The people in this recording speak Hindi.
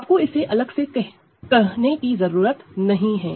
आपको इसे अलग से कहने की जरूरत नहीं है